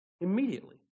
Immediately